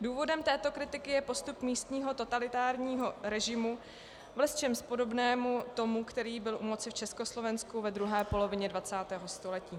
Důvodem této kritiky je postup místního totalitárního režimu, v lecčems podobnému tomu, který byl u moci v Československu ve druhé polovině 20. století.